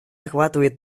охватывает